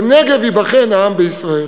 "בנגב ייבחן העם בישראל".